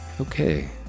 Okay